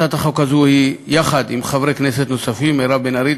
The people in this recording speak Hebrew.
הצעת החוק הזאת הוגשה יחד עם חברי כנסת נוספים: מירב בן ארי,